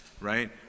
right